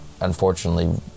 unfortunately